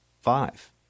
five